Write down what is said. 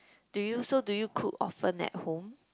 do you so do you cook often at home